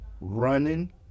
running